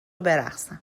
برقصم